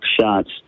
shots